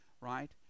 right